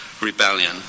rebellion